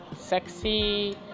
sexy